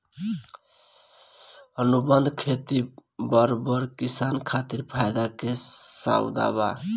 अनुबंध खेती बड़ बड़ किसान खातिर फायदा के सउदा बा